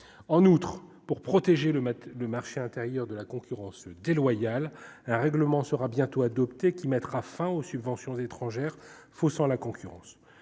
en outre, pour protéger le le marché intérieur, de la concurrence déloyale, un règlement sera bientôt adoptée qui mettra fin aux subventions étrangères faussant la concurrence